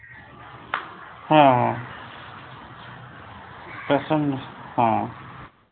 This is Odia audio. ହଁ ହଁ ପେସେଣ୍ଟ ହଁ